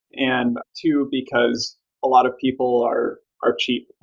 and two because a lot of people are are cheap,